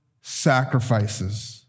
sacrifices